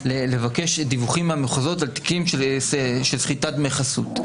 לבקש דיווחים מהמחוזות על תיקים של סחיטת דמי חסות.